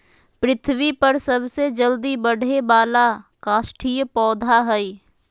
पृथ्वी पर सबसे जल्दी बढ़े वाला काष्ठिय पौधा हइ